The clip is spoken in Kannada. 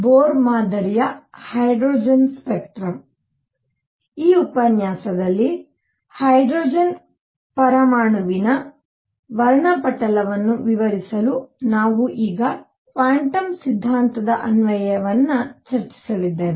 ಬೋರ್ ಮಾದರಿಯ ಹೈಡ್ರೋಜನ್ ಸ್ಪೆಕ್ಟ್ರಮ್ ಈ ಉಪನ್ಯಾಸದಲ್ಲಿ ಹೈಡ್ರೋಜನ್ ಪರಮಾಣುವಿನ ವರ್ಣಪಟಲವನ್ನು ವಿವರಿಸಲು ನಾವು ಈಗ ಕ್ವಾಂಟಮ್ ಸಿದ್ಧಾಂತದ ಅನ್ವಯವನ್ನು ಚರ್ಚಿಸಲಿದ್ದೇವೆ